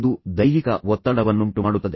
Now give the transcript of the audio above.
ಇದು ಅವನಿಗೆ ದೈಹಿಕ ಒತ್ತಡವನ್ನುಂಟುಮಾಡುತ್ತದೆ